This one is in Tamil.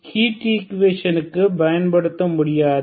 ஹீட் ஈக்குவேஷனுக்கு பயன்படுத்த முடியாது